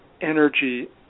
energy